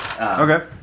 Okay